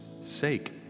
sake